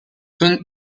son